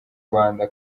rwanda